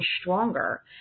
stronger